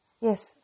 yes